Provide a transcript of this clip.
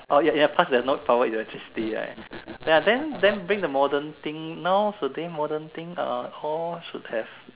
oh ya ya pass that note forward electricity right ya then then bring the modern thing now today modern thing uh all should have